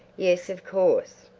yes, of course.